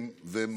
הם